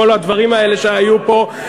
כל הדברים האלה שהיו פה,